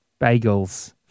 Bagels